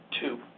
two